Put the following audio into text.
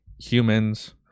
humans